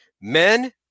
Men